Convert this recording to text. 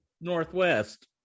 Northwest